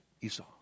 Esau